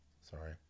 Sorry